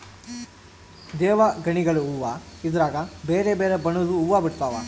ದೇವಗಣಿಗಲು ಹೂವ್ವ ಇದ್ರಗ ಬೆರೆ ಬೆರೆ ಬಣ್ಣದ್ವು ಹುವ್ವ ಬಿಡ್ತವಾ